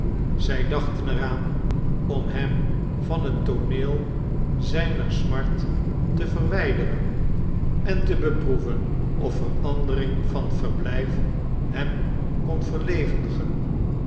zij dachten er aan om hem van het tooneel zijner smart te verwijderen en te beproeven of verandering van verblijf hem kon